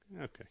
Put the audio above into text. okay